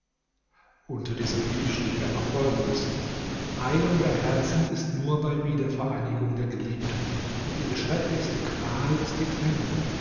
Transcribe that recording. unter diesen brief schrieb er noch folgendes heilung der herzen ist nur bei wiedervereinigung der geliebten und ihre schrecklichste qual ist die trennung